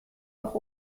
auch